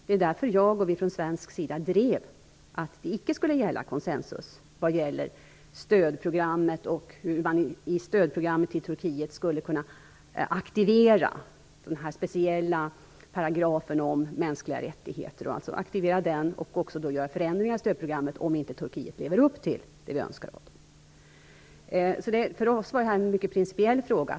Det var därför som jag och vi från svensk sida drev att konsensus inte skulle gälla vad gällde stödprogrammet och hur man i stödprogrammet i Turkiet skulle kunna aktivera den speciella paragrafen om mänskliga rättigheter samt också göra förändringar i stödprogrammet, om inte Turkiet levde upp till våra önskemål. För oss var detta en mycket principiell fråga.